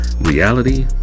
reality